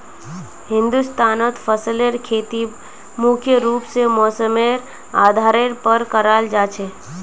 हिंदुस्तानत फसलेर खेती मुख्य रूप से मौसमेर आधारेर पर कराल जा छे